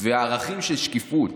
וערכים של שקיפות.